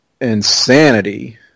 insanity